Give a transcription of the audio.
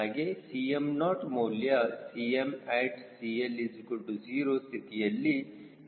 ಹಾಗೆ Cm0 ಮೌಲ್ಯ at CLO ಸ್ಥಿತಿಯಲ್ಲಿ ಸರಿ ಸುಮಾರು 0